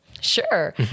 Sure